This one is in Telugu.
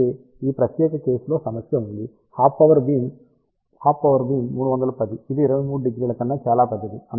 అయితే ఈ ప్రత్యేక కేసులో సమస్య ఉంది హాఫ్ పవర్ బీమ్ 310 ఇది 230 కన్నా చాలా పెద్దది